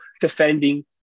defending